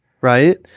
right